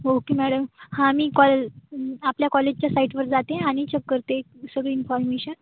okay madam हां मी call आपल्या कॉलेजच्या साईटवर जाते आणि चक करते सगळी इन्फॉर्मेशन